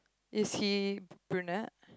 is he brunette